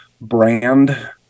brand